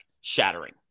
shattering